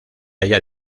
halla